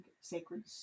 sacred